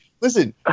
Listen